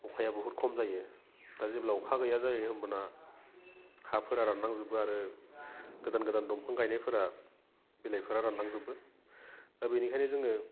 अखाया बहुथ खम जायो दा जेब्ला अखा गैया जायो होमबाना हा फोरा रानलां जोबो आरो गोदान गोदान दंफां गायनायफोरा बिलाइफोरा रानलांजोबो दा बेनिखायनो जोङो